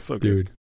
Dude